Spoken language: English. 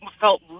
felt